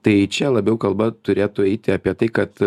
tai čia labiau kalba turėtų eiti apie tai kad